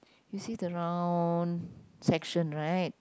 you see the round section right